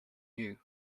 you